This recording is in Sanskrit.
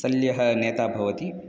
शल्यः नेता भवति